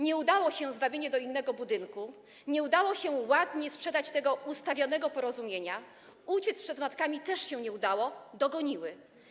Nie udało się zwabienie do innego budynku, nie udało się ładnie sprzedać tego ustawionego porozumienia, uciec przed matkami też się nie udało, dogoniły.